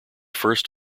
first